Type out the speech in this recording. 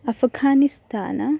Afghanistan